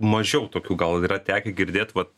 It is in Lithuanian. mažiau tokių gal yra tekę girdėt vat